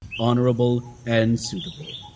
honorable, and suitable.